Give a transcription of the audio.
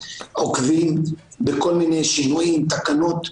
עוקבים בכל מיני שינויים ותקנות,